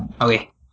Okay